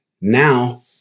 now